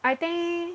I think